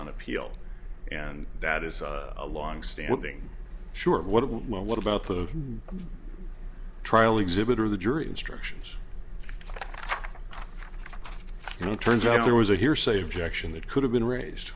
on appeal and that is a long standing short what what about the trial exhibitor the jury instructions and it turns out there was a hearsay objection that could have been raised